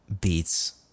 beats